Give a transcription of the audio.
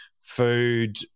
food